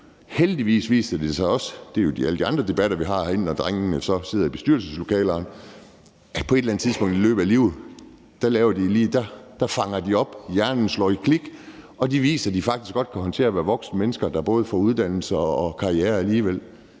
Heldigvis viser det sig også – og det er jo i alle de andre debatter, vi har herinde, om, at drengene så på et tidspunkt sidder i bestyrelseslokalerne – at på et eller andet tidspunkt i løbet af livet fanger de det, de vågner op, hjernen går i klik, og de viser, at de faktisk godt kan håndtere at være voksne mennesker, der både får uddannelse og karriere alligevel.